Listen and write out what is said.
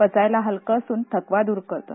पचायला हलकं असून थकवा दूर करतं